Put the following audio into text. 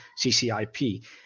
CCIP